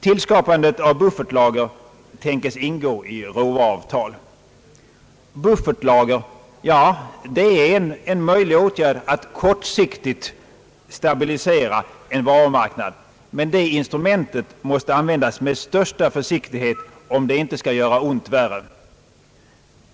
Tillskapandet av buffertlager tänkes ingå i råvaruavtal. Buffertlager är en möjlig åtgärd för att kortsiktigt stabilisera en varumarknad, men det instrumentet måste användas med största försiktighet, om det inte skall göra ont värre.